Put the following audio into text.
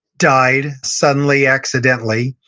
died suddenly accidentally,